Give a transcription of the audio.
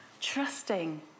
trusting